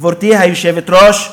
גברתי היושבת-ראש,